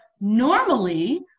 normally